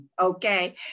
okay